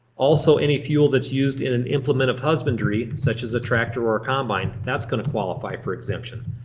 also any fuel that's used in an implement of husbandry, such as a tractor or a combine. that's gonna qualify for exemption.